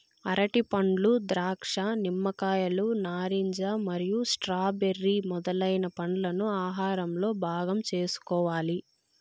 అరటిపండ్లు, ద్రాక్ష, నిమ్మకాయలు, నారింజ మరియు స్ట్రాబెర్రీ మొదలైన పండ్లను ఆహారంలో భాగం చేసుకోవాలి